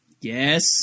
Yes